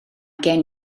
gen